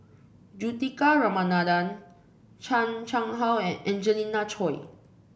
Juthika Ramanathan Chan Chang How and Angelina Choy